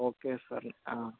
okay sir